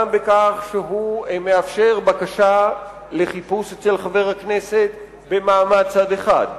גם בכך שהוא מאפשר בקשה לחיפוש אצל חבר הכנסת במעמד צד אחד,